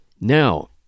now